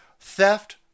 Theft